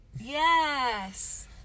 Yes